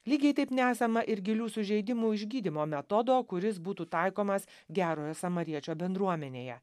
lygiai taip nesama ir gilių sužeidimų išgydymo metodo kuris būtų taikomas gerojo samariečio bendruomenėje